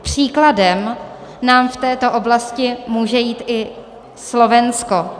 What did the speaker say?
Příkladem nám v této oblasti může jít i Slovensko.